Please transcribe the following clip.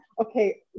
okay